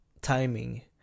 timing